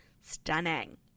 stunning